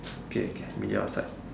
okay can meet you outside